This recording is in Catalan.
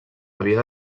havia